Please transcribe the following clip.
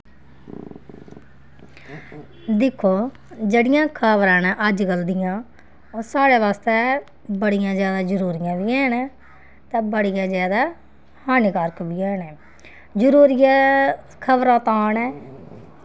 दिक्खो जेह्ड़ियां खबरां न अज्जकल दियां ओह् साढ़े बास्तै बड़ियां जादा जरूरियां बी हैन ते बड़ियां जादा हानिकारक बी हैन जरूरी ऐ खबर पान ऐ